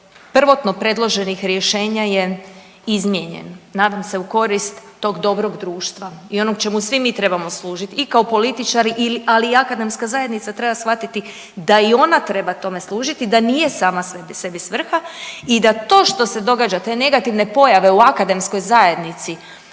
prvotno predloženih rješenja je izmijenjen, nadam se u korist tog dobrog društva i onog čemu svi mi trebamo služiti i kao političari, ali i akademska zajednica treba shvatiti da i ona treba tome služiti, da nije sama sebi svrha i da to što se događa te negativne pojave u akademskoj zajednici